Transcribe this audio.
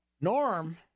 Norm